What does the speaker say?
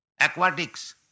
aquatics